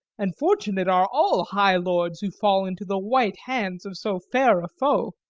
and fortunate are all high lords who fall into the white hands of so fair a foe.